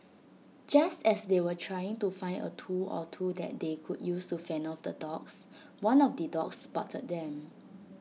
just as they were trying to find A tool or two that they could use to fend off the dogs one of the dogs spotted them